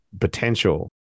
potential